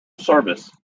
service